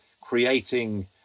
creating